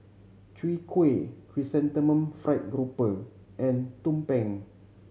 Chwee Kueh Chrysanthemum Fried Grouper and tumpeng